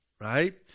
Right